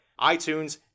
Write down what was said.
iTunes